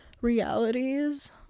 realities